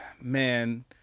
man